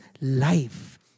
life